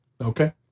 Okay